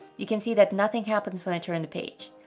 you can see that nothing happens when i turn the page.